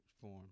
form